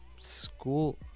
school